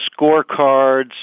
scorecards